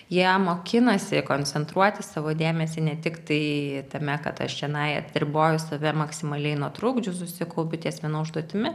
jie mokinasi koncentruoti savo dėmesį ne tiktai tame kad aš čionai atriboju save maksimaliai nuo trukdžių susikaupiu ties viena užduotimi